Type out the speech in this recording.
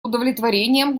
удовлетворением